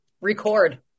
record